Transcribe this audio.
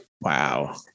wow